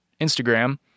Instagram